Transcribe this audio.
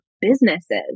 businesses